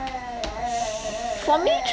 for me travel